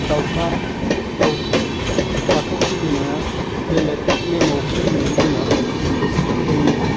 दाउसा दाउ बाथौ फुजिनाया बेलेक नेमाव फुजियोमोन जोंना जोंनि